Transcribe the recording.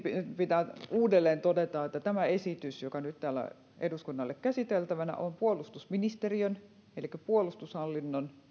pitää uudelleen todeta että tämä esitys joka nyt on täällä eduskunnalla käsiteltävänä on puolustusministeriön elikkä puolustushallinnon